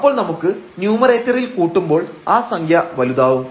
അപ്പോൾ നമ്മൾ നുമേറേറ്ററിൽ കൂട്ടുമ്പോൾ ആ സംഖ്യ വലുതാവും